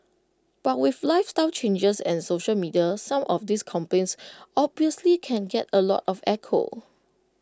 but with lifestyle changes and social media some of these complaints obviously can get A lot of echo